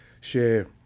share